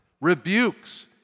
rebukes